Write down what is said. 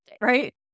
right